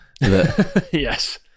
Yes